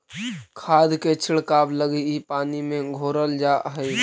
खाद के छिड़काव लगी इ पानी में घोरल जा हई